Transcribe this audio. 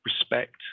respect